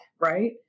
right